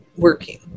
working